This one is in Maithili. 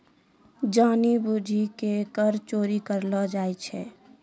जानि बुझि के कर चोरी करलो जाय छै